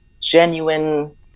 genuine